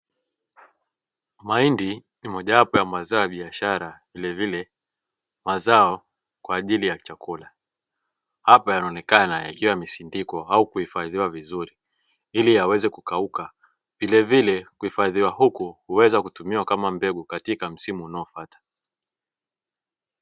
Mahindi ni mojawapo ya mazao ya biashara vilevile mazao kwaajili ya chakula, hapa yanaonekana yakiwa yamesindikwa au kuifadhiwa vizuri ili yaweze kukauka vilevile kuhifadhiwa huku huwezakutumiwa kama mbegu katika msimu unaofata.